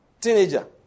teenager